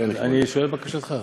אני שואל את בקשתך.